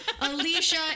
Alicia